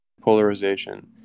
polarization